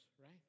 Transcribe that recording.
right